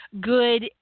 good